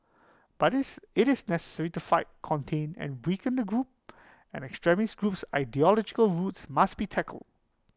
but IT is necessary to fight contain and weaken the group and the extremist group's ideological roots must be tackled